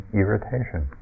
irritation